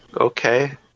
okay